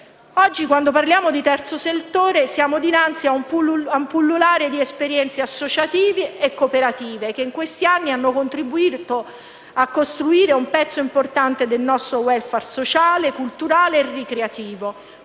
Oggi, quando parliamo di terzo settore, siamo dinanzi a un pullulare di esperienze associative e cooperative, che in questi anni hanno contribuito a costruire un pezzo importante del nostro *welfare* sociale, culturale e ricreativo.